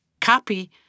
copy